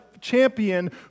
champion